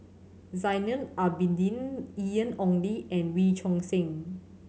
Zainal Abidin Ian Ong Li and Wee Choon Seng